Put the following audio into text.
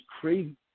crazy